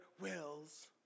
wills